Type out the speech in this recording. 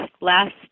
last